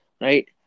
right